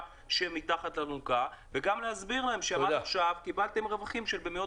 שהם מתחת לאלונקה וגם להסביר להם שעד עכשיו הם קיבלו רווחים במאות